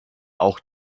auch